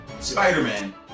Spider-Man